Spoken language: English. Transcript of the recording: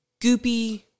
goopy